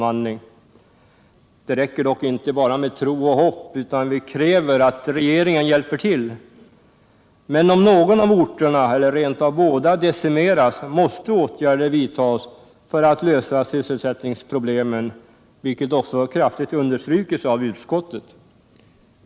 Det räcker dock inte med bara tro och hopp utan vi kräver att regeringen hjälper till. Men om någon av orterna, eller rent av båda, decimeras måste åtgärder vidtas för att lösa sysselsättningsproblemen, vilket även kraftigt understrukits av utskottet.